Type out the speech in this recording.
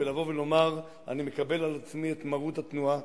ולומר: אני מקבל על עצמי את מרות התנועה,